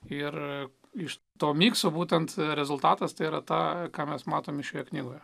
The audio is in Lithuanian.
ir iš to vyks būtent rezultatas tai yra tą ką mes matome šioje knygoje